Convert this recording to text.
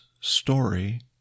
story